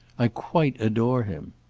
i quite adore him.